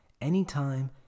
anytime